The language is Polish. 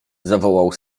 zawołał